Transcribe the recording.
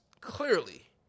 clearly